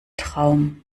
traum